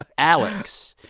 ah alex,